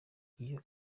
iyo